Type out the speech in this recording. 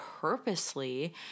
purposely